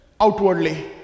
outwardly